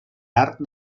art